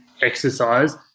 exercise